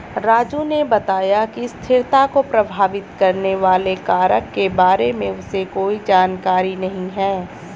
राजू ने बताया कि स्थिरता को प्रभावित करने वाले कारक के बारे में उसे कोई जानकारी नहीं है